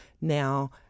Now